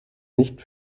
nicht